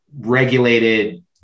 regulated